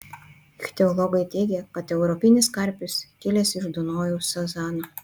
ichtiologai teigia kad europinis karpis kilęs iš dunojaus sazano